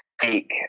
speak